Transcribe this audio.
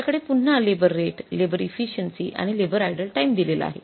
आपल्याकडे पुन्हा labour rate labour efficiency आणि लेबर आइडल टाईम दिलेला आहे